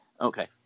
Okay